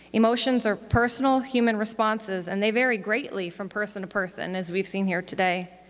emotions are personal human responses, and they vary greatly from person to person, as we've seen here today.